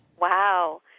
Wow